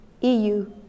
EU